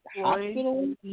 hospital